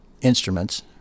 instruments